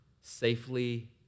safely